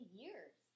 years